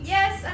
Yes